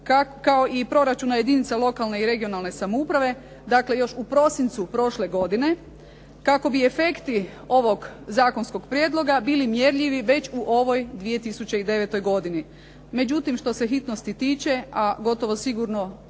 kao i proračuna jedinica lokalne i regionalne samouprave dakle, još u prosincu prošle godine kako bi efekti ovog zakonskog prijedloga bili mjerljivi već u ovoj 2009. godini. Međutim, što se hitnosti tiče, a gotovo sigurno